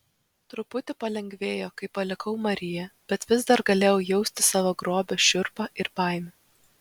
truputį palengvėjo kai palikau mariją bet vis dar galėjau jausti savo grobio šiurpą ir baimę